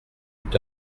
eut